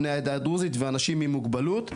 בני העדה הדרוזית ואנשים עם מוגבלות.